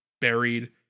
buried